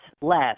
less